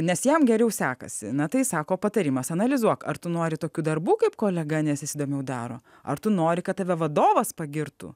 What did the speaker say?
nes jam geriau sekasi na tai sako patarimas analizuok ar tu nori tokių darbų kaip kolega nes įdomių daro ar tu nori kad tave vadovas pagirtų